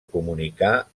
comunicar